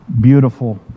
beautiful